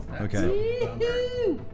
Okay